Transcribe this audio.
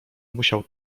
musiał